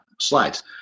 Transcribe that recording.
slides